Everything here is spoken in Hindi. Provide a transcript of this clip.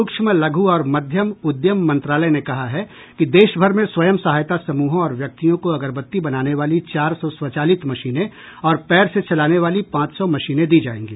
सूक्ष्म लघु और मध्यम उद्यम मंत्रालय ने कहा है कि देशभर में स्वयं सहायता समूहों और व्यक्तियों को अगरबत्ती बनाने वाली चार सौ स्वचालित मशीनें और पैर से चलाने वाली पांच सौ मशीनें दी जाएंगी